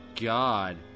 god